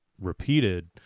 repeated